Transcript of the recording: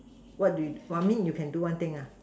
what do you !wah! I mean you can do one thing ah